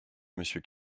monsieur